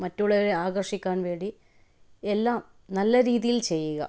മറ്റുള്ളവരെ ആകർഷിക്കാൻ വേണ്ടി എല്ലാം നല്ല രീതിയിൽ ചെയ്യുക